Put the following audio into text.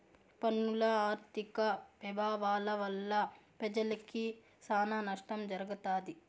పన్నుల ఆర్థిక పెభావాల వల్ల పెజలకి సానా నష్టం జరగతాది